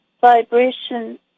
vibration